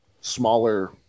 smaller